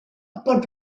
upon